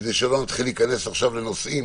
כדי שלא נתחיל להיכנס עכשיו לנושאים,